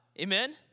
Amen